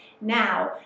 now